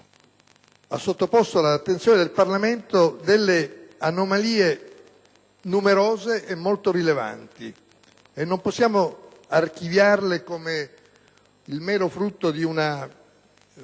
ha sottoposto all'attenzione del Parlamento delle anomalie numerose e molto rilevanti e non possiamo archiviarle come il mero frutto di una